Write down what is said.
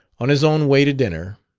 on his own way to dinner,